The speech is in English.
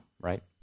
right